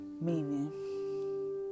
meaning